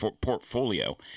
portfolio